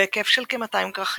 בהיקף של כמאתיים כרכים,